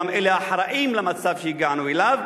גם את אלה האחראים למצב שהגענו אליו.